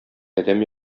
адәм